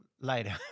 later